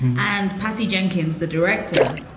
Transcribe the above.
and patty jenkins, the director,